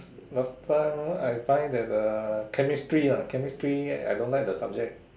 last time I find that uh Chemistry lah Chemistry I don't like the subject